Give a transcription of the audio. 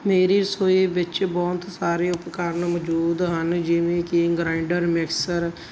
ਮੇਰੀ ਰਸੋਈ ਵਿੱਚ ਬਹੁਤ ਸਾਰੇ ਉਪਕਰਨ ਮੌਜੂਦ ਹਨ ਜਿਵੇਂ ਕਿ ਗ੍ਰਾਂਈਡਰ ਮਿਕਸਰ